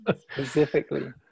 specifically